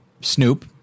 Snoop